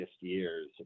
years